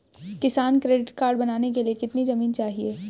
किसान credit card बनाने के लिए कितनी जमीन चाहिए?